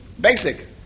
basic